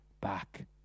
back